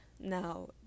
Now